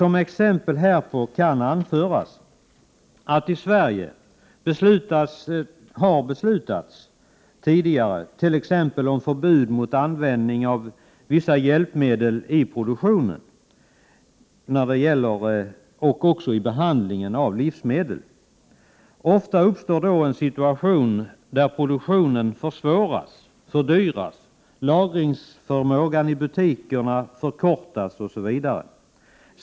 Som exempel härpå kan anföras att det i Sverige tidigare har beslutats om t.ex. förbud mot användning av vissa hjälpmedel i produktionen och i behandlingen av livsmedel. Ofta uppstår då en situation där produktionen försvåras och fördyras, lagringstiden i butikerna förkortas osv.